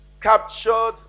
captured